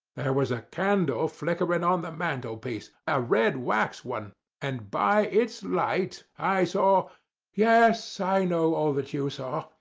there was a candle flickerin' on the mantelpiece a red wax one and by its light i saw yes, i know all that you saw.